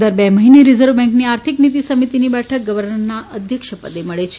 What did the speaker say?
દર બે મહિને રીઝર્વ બેન્કની આર્થિક નીતિ સમિતિની બેઠક ગવર્નરના અધ્યક્ષપદે મળે છે